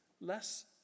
less